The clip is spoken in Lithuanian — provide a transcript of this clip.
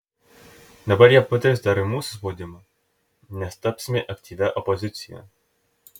dabar jie patirs dar ir mūsų spaudimą nes tapsime aktyvia opozicija